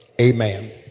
amen